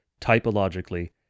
typologically